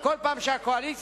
וכל פעם שהקואליציה,